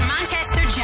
Manchester